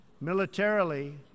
militarily